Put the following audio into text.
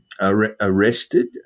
Arrested